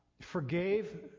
forgave